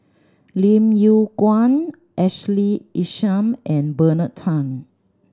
Lim Yew Kuan Ashley Isham and Bernard Tan